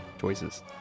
choices